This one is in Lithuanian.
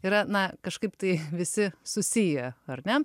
yra na kažkaip tai visi susiję ar ne